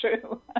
true